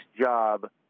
job